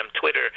Twitter